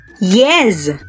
Yes